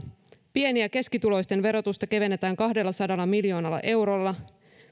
pieni ja keskituloisten verotusta kevennetään kahdellasadalla miljoonalla eurolla